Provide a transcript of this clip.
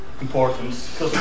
importance